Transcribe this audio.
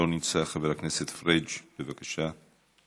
לא נמצא, חבר הכנסת פריג', בבקשה.